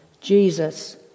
Jesus